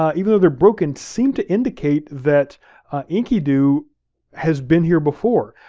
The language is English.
even though they're broken, seem to indicate that enkidu has been here before.